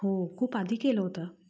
हो खूप आधी केलं होतं